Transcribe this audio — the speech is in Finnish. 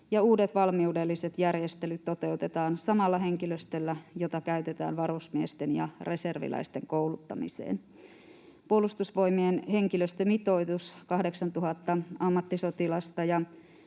uudet valmiudelliset järjestelyt toteutetaan samalla henkilöstöllä, jota käytetään varusmiesten ja reserviläisten kouluttamiseen. Puolustusvoimien henkilöstömitoitus, 8 000 ammattisotilasta